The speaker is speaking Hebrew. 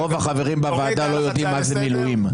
רוב החברים בוועדה לא יודעים מה זה מילואים.